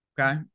Okay